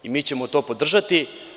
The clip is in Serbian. Mi ćemo to podržati.